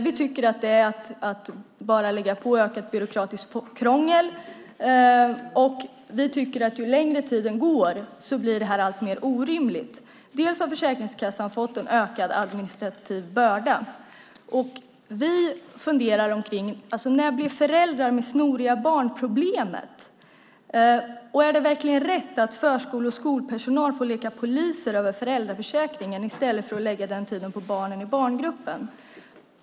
Vi tycker att det bara är ett ökat byråkratiskt krångel, och vi tycker att det blir alltmer orimligt ju längre tiden går. Bland annat har Försäkringskassan fått en ökad administrativ börda. Och vi funderar över när föräldrar med snoriga barn blev problemet? Är det verkligen rätt att förskole och skolpersonal får leka poliser i fråga om föräldraförsäkringen i stället för att lägga den tiden på barnen i barngruppen?